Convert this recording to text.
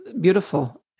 beautiful